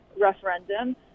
referendum